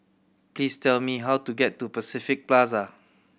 please tell me how to get to Pacific Plaza